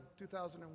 2001